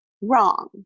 wrong